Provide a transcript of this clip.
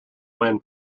win